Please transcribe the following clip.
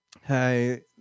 hey